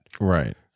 Right